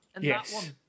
yes